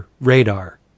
radar